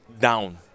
down